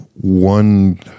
one